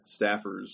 staffers